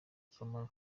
akamaro